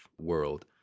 world